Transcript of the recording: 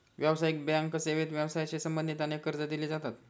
व्यावसायिक बँक सेवेत व्यवसायाशी संबंधित अनेक कर्जे दिली जातात